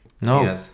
no